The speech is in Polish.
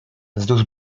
wzdłuż